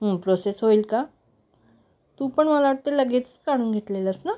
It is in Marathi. प्रोसेस होईल का तू पण मला वाटतं लगेच काढून घेतलेलास ना